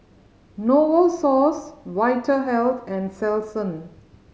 Novosource Vitahealth and Selsun